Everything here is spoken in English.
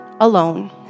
alone